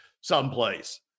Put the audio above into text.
someplace